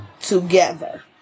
together